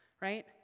Right